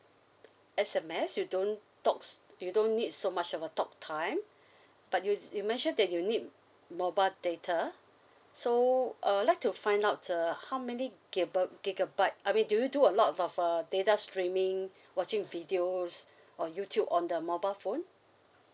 S_M_S you don't talk s~ you don't need so much of a talk time but you you mentioned that you need mobile data so I would like to find out uh how many gigab~ gigabyte I mean do you do a lot of uh data streaming watching videos on youtube on the mobile phone